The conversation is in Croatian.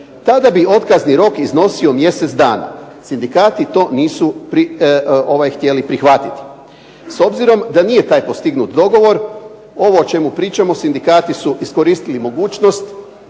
tada bi otkazni rok iznosio mjesec dana. sindikati to nisu htjeli prihvatiti. S obzirom da nije taj postignut dogovor ovo o čemu pričamo sindikati su iskoristili mogućnost